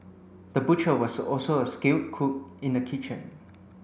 the butcher was also a skilled cook in the kitchen